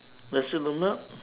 nasi lemak